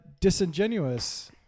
disingenuous